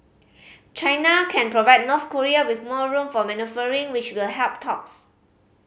China can provide North Korea with more room for manoeuvring which will help talks